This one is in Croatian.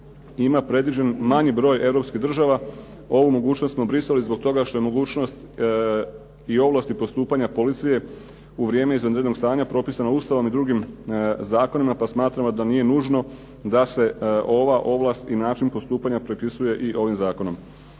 ima predviđen manji broj europskih država ovu mogućnost smo brisali zbog toga što je mogućnost i ovlasti postupanja policije u vrijeme izvanrednog stanja propisana Ustavom i drugim zakonima pa smatramo da nije nužno da se ova ovlast i način postupanja propisuje i ovim zakonom.